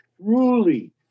truly